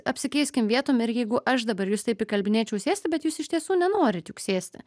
apsikeiskim vietom ir jeigu aš dabar jus taip įkalbėčiau sėsti bet jūs iš tiesų nenorit juk sėsti